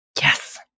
Yes